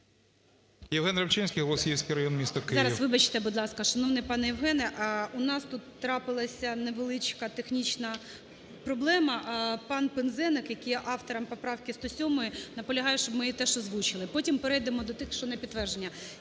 Євген Рибчинський, Голосіївський район місто Київ. ГОЛОВУЮЧИЙ. Зараз, вибачте, будь ласка, шановний пан Євгене, у нас тут трапилася невеличка технічна проблема, а пан Пинзеник, який є автором поправки 107, наполягає, щоб ми її теж озвучили. Потім перейдемо до тих, що на підтвердження.